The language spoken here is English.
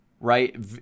right